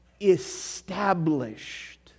established